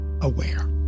aware